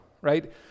right